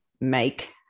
make